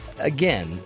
again